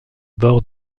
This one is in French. bords